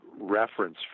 reference